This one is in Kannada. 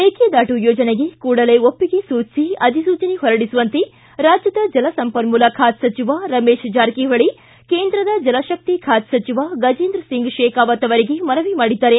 ಮೇಕೆದಾಟು ಯೋಜನೆಗೆ ಕೂಡಲೇ ಒಪ್ಪಿಗೆ ಸೂಚಿಸಿ ಅಧಿಸೂಚನೆ ಹೊರಡಿಸುವಂತೆ ರಾಜ್ಯದ ಜಲಸಂಪನ್ನೂಲ ಖಾತೆ ಸಚಿವ ರಮೇಶ್ ಜಾರಕಿಹೊಳಿ ಕೇಂದ್ರ ಜಲಶಕ್ತಿ ಖಾತೆ ಸಚಿವ ಗಜೇಂದ್ರ ಸಿಂಗ್ ಶೇಖಾವತ್ ಅವರಿಗೆ ಮನವಿ ಮಾಡಿದ್ದಾರೆ